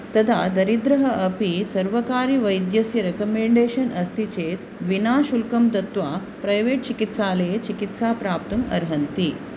तथा दरिद्रः अपि सर्वकारिवैद्यस्य रिकमेंडेशन् अस्ति चेत् विना शुल्कं दत्वा प्रैवेट् चिकित्सालये चिकित्सा प्राप्तुम् अर्हन्ति